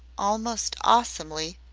almost awesomely,